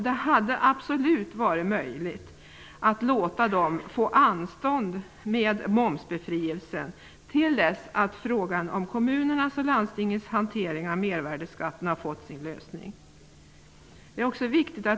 Det hade absolut varit möjligt att låta dem få anstånd med momsbefrielsen till dess frågan om kommunernas och landstingens hantering av mervärdesskatten har fått sin lösning.